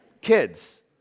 kids